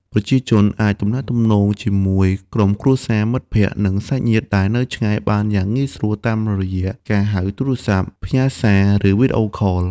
ប្រជាជនអាចទំនាក់ទំនងជាមួយក្រុមគ្រួសារ មិត្តភក្តិ និងសាច់ញាតិដែលនៅឆ្ងាយបានយ៉ាងងាយស្រួលតាមរយៈការហៅទូរស័ព្ទ ផ្ញើសារ ឬវីដេអូខល។